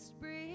breathe